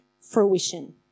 fruition